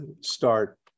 start